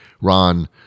Ron